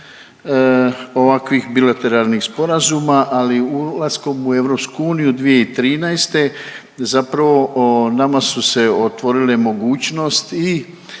ovakvih bilateralnih sporazuma, ali ulaskom u EU 2013. zapravo nama su se otvorile mogućnosti